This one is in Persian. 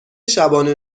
شبانه